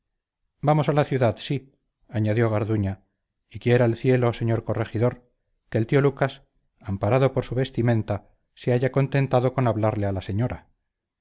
vamos a la ciudad sí añadió garduña y quiera el cielo señor corregidor que el tío lucas amparado por su vestimenta se haya contentado con hablarle a la señora